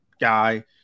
guy